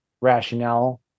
rationale